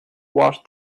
wash